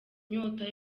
inyota